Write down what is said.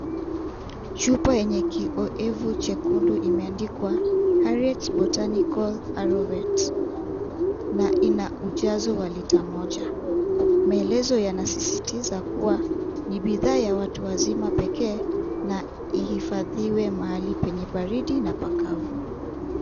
Chupa yenye kiowevu jekundu kimeandikwa aris botanical arovet na ina ujazo wa lita moja. Maelezo yanasisitiza kuwa ni bidhaa ya watu wazima pekee na ihifadhiwe mahali penye baridi na pakavu.